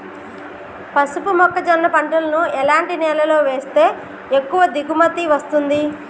పసుపు మొక్క జొన్న పంటలను ఎలాంటి నేలలో వేస్తే ఎక్కువ దిగుమతి వస్తుంది?